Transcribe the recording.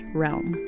realm